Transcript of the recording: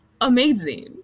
amazing